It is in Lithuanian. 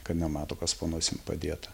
kad nemato kas po nosim padėta